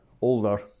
older